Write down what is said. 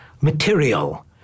material